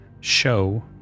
show